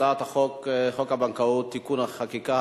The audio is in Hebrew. הצעת חוק הבנקאות (תיקוני חקיקה),